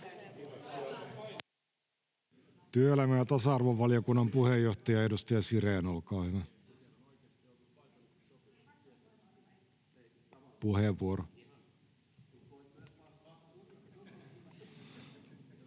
Työelämä- ja tasa-arvovaliokunnan puheenjohtaja, edustaja Sirén, olkaa hyvä, puheenvuoro.